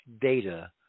data